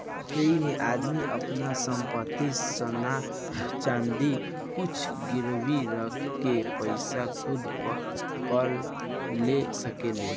ऐइमे आदमी आपन संपत्ति, सोना चाँदी कुछु गिरवी रख के पइसा सूद पर ले सकेला